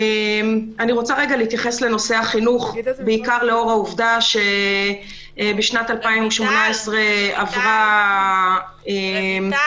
אני רוצה להתייחס לנושא החינוך בעיקר לאור העובדה שבשנת 2018 עברה הצעת